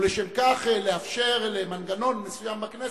ולשם כך לאפשר למנגנון מסוים בכנסת,